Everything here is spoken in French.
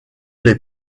les